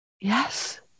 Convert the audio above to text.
Yes